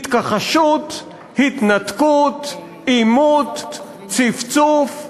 התכחשות, התנתקות, עימות, צפצוף.